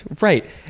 Right